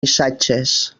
missatges